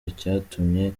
icyatumye